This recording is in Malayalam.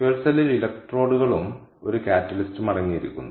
അതിനാൽ ഇന്ധന സെല്ലിൽ ഇലക്ട്രോഡുകളും ഒരു കാറ്റലിസ്റ്റും അടങ്ങിയിരിക്കുന്നു